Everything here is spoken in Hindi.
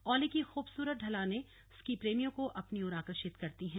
औली की खूबसूरत ढलाने स्की प्रेमियों को अपनी ओर आकर्षित करती हैं